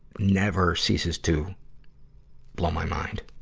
never ceases to blow my mind.